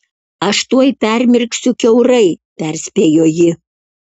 aš tuoj permirksiu kiaurai perspėjo ji